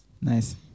Nice